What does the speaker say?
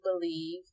believe